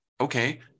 okay